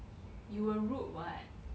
you were rude what